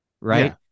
right